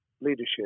leadership